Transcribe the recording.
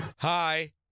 Hi